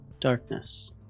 Darkness